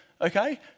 okay